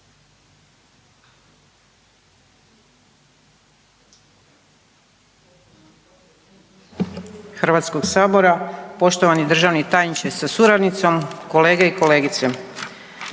HS-a, poštovani državni tajniče sa suradnicom. Kolege i kolegice.